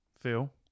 Phil